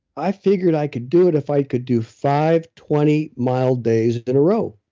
i figured i could do it if i could do five twenty mile days in a row.